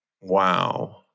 wow